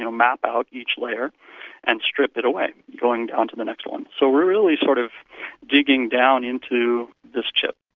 you know map out each layer and strip it away, going down to the next one. so we're really sort of digging down into this chip.